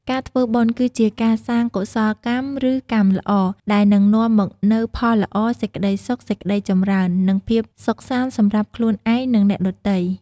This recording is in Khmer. ការធ្វើបុណ្យគឺជាការសាង កុសលកម្ម ឬ កម្មល្អ ដែលនឹងនាំមកនូវផលល្អ សេចក្តីសុខ សេចក្តីចម្រើន និងភាពសុខសាន្តសម្រាប់ខ្លួនឯង និងអ្នកដទៃ។